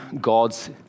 God's